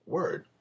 Word